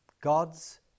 God's